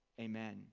amen